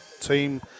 Team